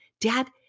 Dad